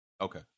Okay